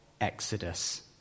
Exodus